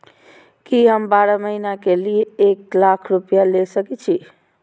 की हम बारह महीना के लिए एक लाख रूपया ले सके छी?